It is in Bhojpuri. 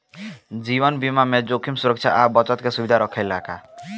जीवन बीमा में जोखिम सुरक्षा आ बचत के सुविधा रहेला का?